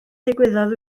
ddigwyddodd